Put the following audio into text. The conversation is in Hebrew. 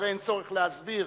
הרי אין צורך להסביר